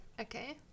okay